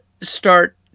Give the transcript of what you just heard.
start